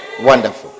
Wonderful